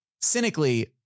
cynically